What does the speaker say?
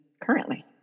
currently